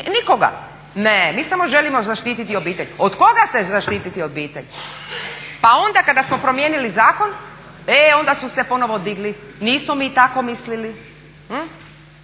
nikoga, ne, mi samo želimo zaštiti obitelj. Od koga zaštititi obitelj? Pa onda kada smo promijenili zakon onda su se ponovo digli, nismo mi tako mislili.